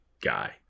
guy